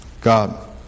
God